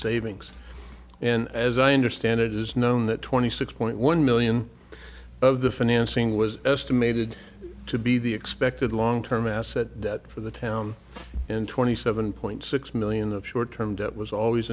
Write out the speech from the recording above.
savings and as i understand it is known that twenty six point one million of the financing was estimated to be the expected long term asset for the town and twenty seven point six million of short term debt was always